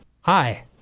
Hi